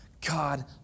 God